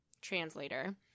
translator